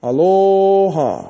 Aloha